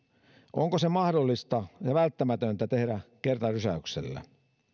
onko se mahdollista ja välttämätöntä tehdä kertarysäyksellä